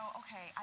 okay